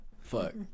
fuck